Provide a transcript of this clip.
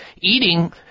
eating